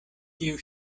kiu